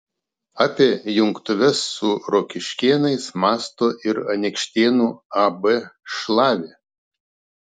apie jungtuves su rokiškėnais mąsto ir anykštėnų ab šlavė